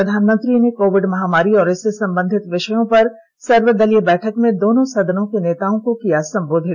प्रधानमंत्री ने कोविड महामारी और इससे संबंधित विषयों पर सर्वदलीय बैठक में दोनों सदनों के नेताओं को किया संबोधित